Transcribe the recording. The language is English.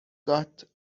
got